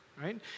right